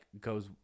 goes